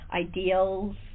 ideals